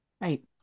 right